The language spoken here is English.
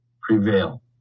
prevail